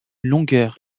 longueur